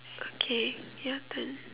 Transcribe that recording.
okay your turn